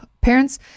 Parents